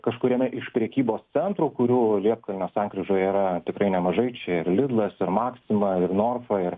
kažkuriame iš prekybos centrų kurių liepkalnio sankryžoje yra tikrai nemažai čia ir lidlas ir maxima ir norfa ir